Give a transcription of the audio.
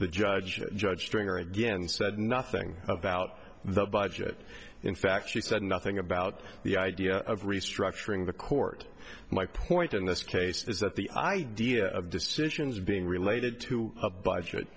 the judge judge stringer again said nothing about the budget in fact she said nothing about the idea of restructuring the court my point in this case is that the idea of decisions being related to a budget